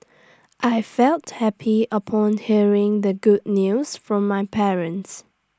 I felt happy upon hearing the good news from my parents